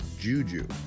juju